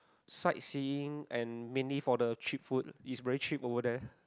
sightseeing and mainly for the cheap food is very cheap over there